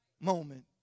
moment